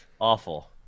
awful